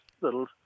little